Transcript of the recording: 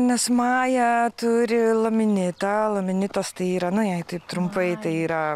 nes maja turi laminitą laminitas tai yra na jei taip trumpai tai yra